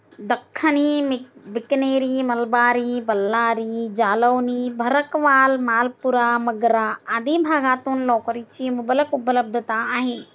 दख्खनी, बिकनेरी, मलबारी, बल्लारी, जालौनी, भरकवाल, मालपुरा, मगरा आदी भागातून लोकरीची मुबलक उपलब्धता आहे